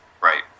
Right